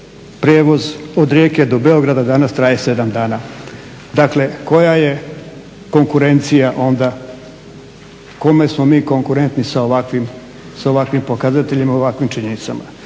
prijevoz od Rijeke do Beograda danas traje 7 dana. Dakle, koja je konkurencija onda, kome smo mi konkurentni sa ovakvim pokazateljima i ovakvim činjenicama?